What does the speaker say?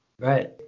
right